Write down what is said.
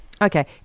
okay